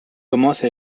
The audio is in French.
commence